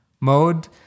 mode